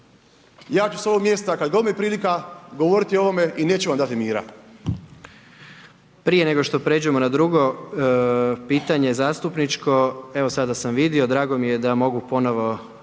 Ja ću s ovog mjesta kada god mi je prilika govoriti o ovome i neću vam dati mira. **Jandroković, Gordan (HDZ)** Prije nego što pređemo na drugo pitanje zastupničko, evo sada sam vidio, drago mi je da mogu ponovo,